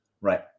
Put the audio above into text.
Right